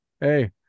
Hey